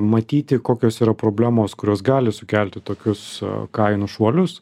matyti kokios yra problemos kurios gali sukelti tokius kainų šuolius